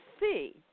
see